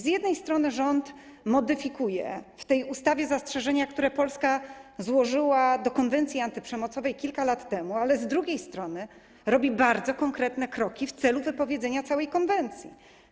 Z jednej strony rząd modyfikuje w tej ustawie zastrzeżenia, które Polska złożyła do konwencji antyprzemocowej kilka lat temu, ale z drugiej strony robi bardzo konkretne kroki w celu wypowiedzenia całej konwencji.